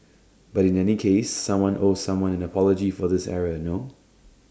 but in any case someone owes someone an apology for this error no